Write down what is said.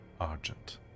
Argent